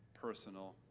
personal